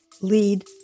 lead